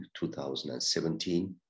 2017